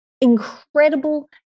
incredible